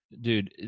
Dude